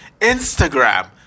Instagram